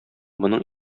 моның